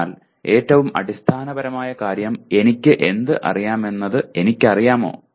അതിനാൽ ഏറ്റവും അടിസ്ഥാനപരമായ കാര്യം എനിക്ക് എന്ത് അറിയാമെന്നത് എനിക്കറിയാമോ